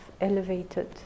elevated